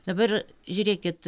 dabar žiūrėkit